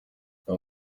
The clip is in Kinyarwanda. aba